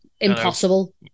Impossible